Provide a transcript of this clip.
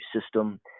system